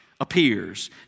appears